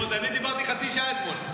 ועוד אני דיברתי חצי שעה אתמול.